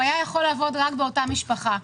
הוא היה יכול לעבוד רק באותה המשפחה.